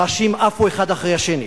ראשים עפו האחד אחרי השני.